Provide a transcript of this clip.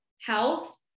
health